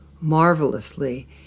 marvelously